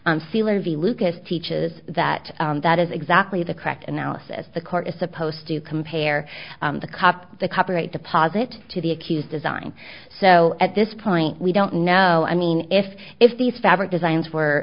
v lucas teaches that that is exactly the correct analysis the court is supposed to compare the cop the copyright deposit to the accused design so at this point we don't know i mean if if these fabric designs were